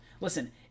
listen